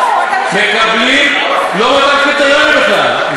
מקבלים לא אותם קריטריונים בכלל,